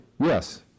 yes